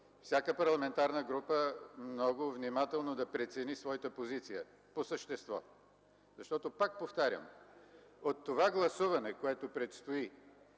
Всяка парламентарна група много внимателно да прецени своята позиция по същество. Защото, пак повтарям, от това гласуване, което предстои,